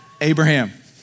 Abraham